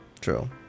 True